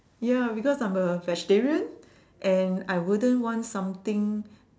ya because I'm a vegetarian and I wouldn't want something